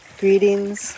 greetings